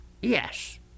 Yes